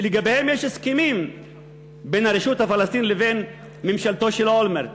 שלגביהם יש הסכמים בין הרשות הפלסטינית לבין ממשלתו של אולמרט.